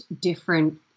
different